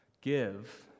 give